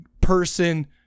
person